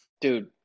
dude